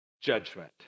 judgment